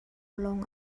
lawng